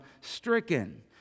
stricken